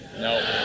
No